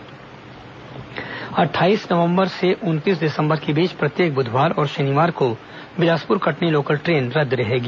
train रद्द अट्ठाईस नवंबर से उनतीस दिसंबर के बीच प्रत्येक बुधवार और शनिवार को बिलासपुर कटनी लोकल ट्रेन रद्द रहेगी